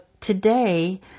today